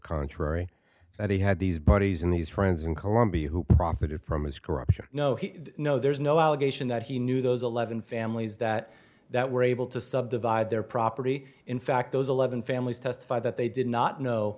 contrary that he had these bodies in these friends in colombia who profited from his corruption no no there's no allegation that he knew those eleven families that that were able to subdivide their property in fact those eleven families testified that they did not know